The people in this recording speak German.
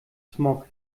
smog